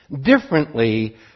differently